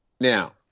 Now